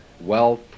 wealth